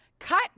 cut